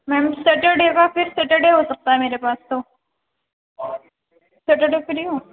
میم Saturday کا پھر Saturday ہو سکتا ہے میرے پاس تو سیٹرڈے فری ہوں